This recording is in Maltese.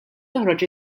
toħroġ